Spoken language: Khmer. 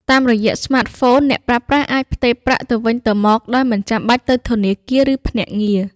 តាមរយៈស្មាតហ្វូន អ្នកប្រើប្រាស់អាច ផ្ទេរប្រាក់ ទៅវិញទៅមកដោយមិនចាំបាច់ទៅធនាគារ ឬភ្នាក់ងារ។